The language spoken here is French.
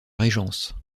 régence